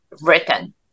written